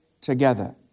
together